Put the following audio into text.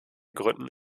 gründen